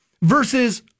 versus